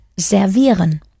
Servieren